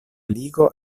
ligo